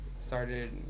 started